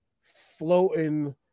floating